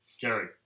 Jerry